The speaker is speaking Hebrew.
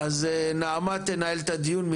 נעמה תנהל את הדיון,